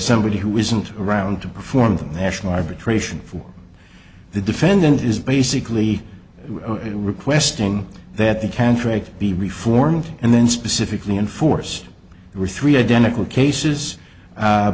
somebody who isn't around to perform the national arbitration for the defendant is basically requesting that the contract be reformed and then specifically enforced there were three